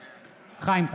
בעד חיים כץ,